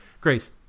grace